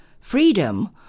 freedom